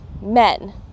men